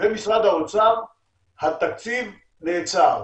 והאוצר התקציב נעצר.